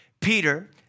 Peter